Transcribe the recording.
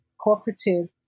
cooperative